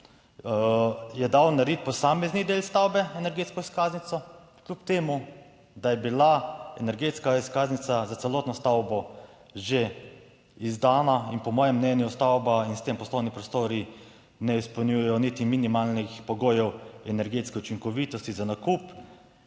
je dal narediti posamezni del stavbe, energetsko izkaznico, kljub temu, da je bila energetska izkaznica za celotno stavbo že izdana in po mojem mnenju stavba in s tem poslovni prostori ne izpolnjujejo niti minimalnih pogojev energetske učinkovitosti za nakup.